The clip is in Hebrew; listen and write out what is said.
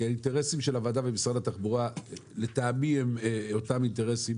כי לטעמי האינטרסים שלנו הם אותם אינטרסים